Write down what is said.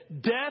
Death